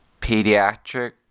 pediatric